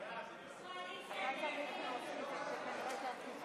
את הצעת חוק מרשם אוכלוסין (תיקון,